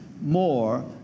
more